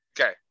okay